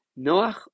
Noach